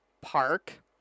Park